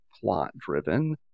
plot-driven